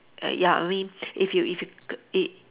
ya I mean if you if you k~ it